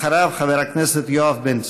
אחריו, חבר הכנסת יואב בן צור.